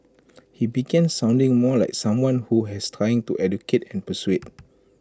he began sounding more like someone who has trying to educate and persuade